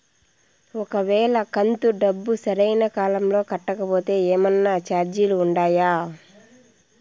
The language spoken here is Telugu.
ఒక వేళ కంతు డబ్బు సరైన కాలంలో కట్టకపోతే ఏమన్నా చార్జీలు ఉండాయా?